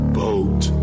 boat